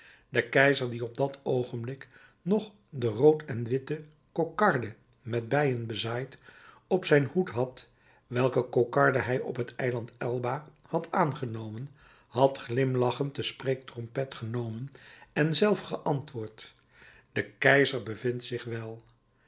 de keizer die op dat oogenblik nog de rood en witte kokarde met beien bezaaid op zijn hoed had welke kokarde hij op het eiland elba had aangenomen had glimlachend de spreektrompet genomen en zelf geantwoord de keizer bevindt zich wel